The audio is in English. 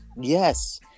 Yes